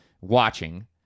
watching